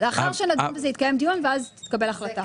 לאחר שנדון בזה, יתקיים דיון ואז תתקבל החלטה.